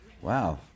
Wow